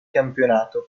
campionato